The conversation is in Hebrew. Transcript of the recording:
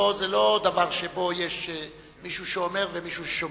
פה זה לא דבר שבו יש מישהו שאומר ומישהו ששומע.